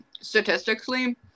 statistically